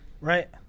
right